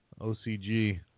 ocg